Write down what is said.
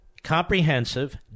comprehensive